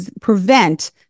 prevent